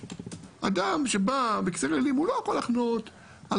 אדם שבא בכיסא גלגלים לא יכול לחנות על